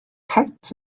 het